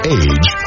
age